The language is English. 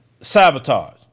sabotage